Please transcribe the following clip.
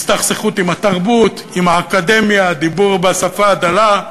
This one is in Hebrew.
הסתכסכות עם התרבות, עם האקדמיה, דיבור בשפה דלה,